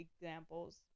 examples